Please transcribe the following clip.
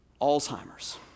Alzheimer's